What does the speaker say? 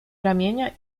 ramienia